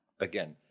Again